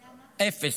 אפס.